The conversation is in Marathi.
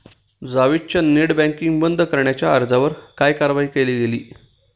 जावेदच्या नेट बँकिंग बंद करण्याच्या अर्जावर काय कारवाई केली गेली?